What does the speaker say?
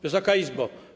Wysoka Izbo!